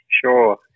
Sure